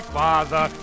father